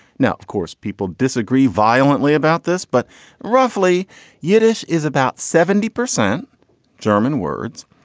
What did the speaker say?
now, of course, people disagree violently about this, but roughly yiddish is about seventy percent german words.